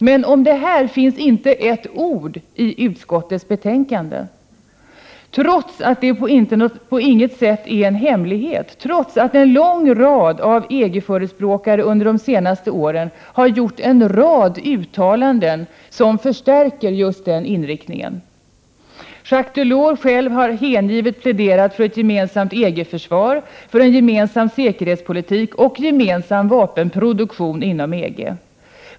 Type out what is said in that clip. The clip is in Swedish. Men om detta finns inte ett ord i utskottets betänkande, trots att det inte på något sätt är någon hemlighet och trots att många EG förespråkare under de senaste åren har gjort en rad uttalanden som förstärker just den inriktningen. Jacques Delors själv har hängivet pläderat för ett gemensamt EG-försvar, en gemensam säkerhetspolitik och en gemensam vapenproduktion inom EG.